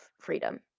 freedom